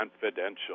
confidential